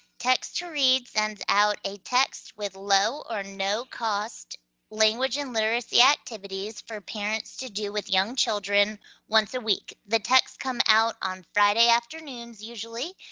text two read sends out a text with low or no cost language and literacy activities for parents to do with young children once a week. the texts come out on friday afternoons usually,